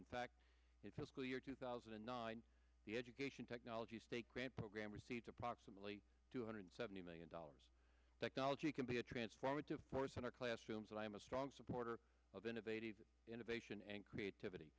in fact it's the school year two thousand and nine the education technology state grant program received approximately two hundred seventy million dollars technology can be a transformative force in our classrooms and i am a strong supporter of innovative innovation and creativity